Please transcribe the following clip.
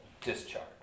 discharge